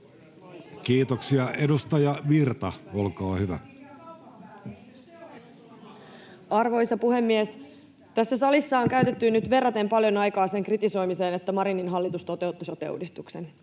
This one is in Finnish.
turvaamisesta Time: 16:05 Content: Arvoisa puhemies! Tässä salissa on käytetty nyt verraten paljon aikaa sen kritisoimiseen, että Marinin hallitus toteutti sote-uudistuksen.